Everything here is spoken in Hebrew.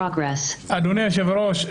אדוני יושב הראש,